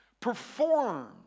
performed